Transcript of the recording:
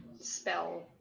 spell